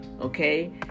Okay